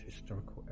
historical